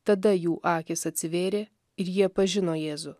tada jų akys atsivėrė ir jie pažino jėzų